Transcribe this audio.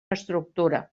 estructura